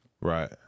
Right